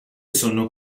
sono